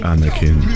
Anakin